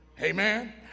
Amen